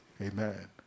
amen